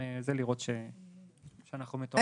כדי לראות שאנחנו מתואמים פה.